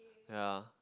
ya